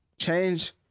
Change